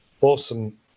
awesome